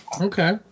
Okay